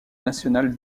national